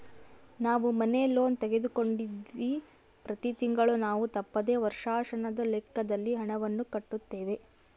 ನಾವು ಮನೆ ಲೋನ್ ತೆಗೆದುಕೊಂಡಿವ್ವಿ, ಪ್ರತಿ ತಿಂಗಳು ನಾವು ತಪ್ಪದೆ ವರ್ಷಾಶನದ ಲೆಕ್ಕದಲ್ಲಿ ಹಣವನ್ನು ಕಟ್ಟುತ್ತೇವೆ